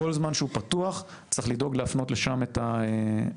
כל זמן שהוא פתוח צריך לדאוג להפנות לשם את המשאבים.